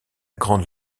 grande